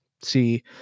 see